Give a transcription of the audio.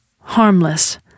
harmless